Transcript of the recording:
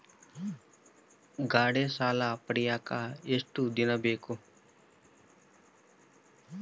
ಗಾಡೇ ಸಾಲ ಪಡಿಯಾಕ ಎಷ್ಟು ದಿನ ಬೇಕು?